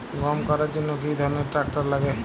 গম কাটার জন্য কি ধরনের ট্রাক্টার লাগে?